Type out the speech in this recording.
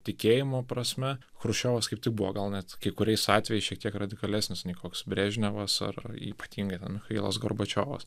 tikėjimo prasme chruščiovas kaip tik buvo gal net kai kuriais atvejais šiek tiek radikalesnis nei koks brežnevas ar ypatingai michailas gorbačiovas